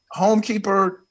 homekeeper